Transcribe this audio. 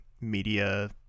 media